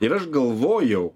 ir aš galvojau